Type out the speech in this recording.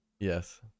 Yes